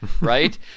right